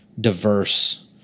diverse